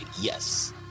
Yes